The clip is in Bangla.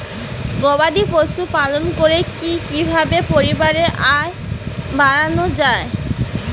গবাদি পশু পালন করে কি কিভাবে পরিবারের আয় বাড়ানো যায়?